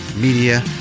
Media